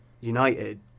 United